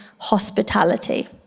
hospitality